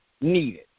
needed